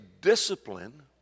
discipline